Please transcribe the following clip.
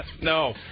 No